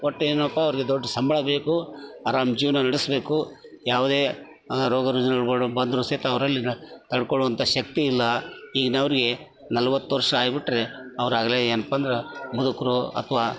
ಒಟ್ಟು ಏನಪ್ಪ ಅವ್ರಿಗೆ ದೊಡ್ಡ ಸಂಬಳ ಬೇಕು ಆರಾಮ್ ಜೀವನು ನಡೆಸ್ಬೇಕು ಯಾವ್ದೇ ರೋಗ ರುಜಿನಗಳು ಬಂದರು ಸಹಿತ ಅವರಲ್ಲಿನ ತಡಕೊಳ್ಳುವಂತ ಶಕ್ತಿ ಇಲ್ಲ ಈಗಿನವ್ರಿಗೆ ನಲವತ್ತು ವರ್ಷ ಆಗಿಬಿಟ್ರೆ ಅವ್ರು ಆಗಲೇ ಏನಪ್ಪ ಅಂದ್ರೆ ಮುದುಕರು ಅಥವಾ